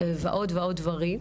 ועוד דברים.